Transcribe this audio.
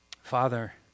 Father